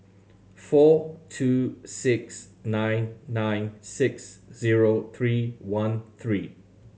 four two six nine nine six zero three one three